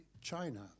China